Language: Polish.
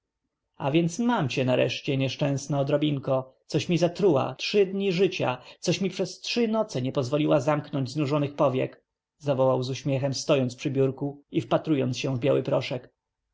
tryumfująco a więc mam cię nareszcie nieszczęsna odrobinko coś mi zatruła trzy dni życia coś mi przez trzy noce nie pozwoliła zamknąć znużonych powiek zawołał z uśmiechem stojąc przed biórkiem i wpatrując się w biały proszek